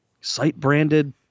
site-branded